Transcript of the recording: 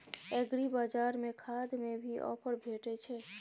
एग्रीबाजार में खाद में भी ऑफर भेटय छैय?